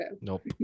nope